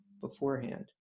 beforehand